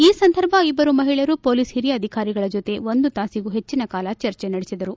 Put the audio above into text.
ಈ ಸಂದರ್ಭ ಇಬ್ಲರು ಮಹಿಳೆಯರು ಪೊಲೀಸ್ ಹಿರಿಯ ಅಧಿಕಾರಿಗಳ ಜೊತೆ ಒಂದು ತಾಸಿಗೂ ಹೆಚ್ಚನ ಕಾಲ ಚರ್ಚೆ ನಡೆಸಿದರು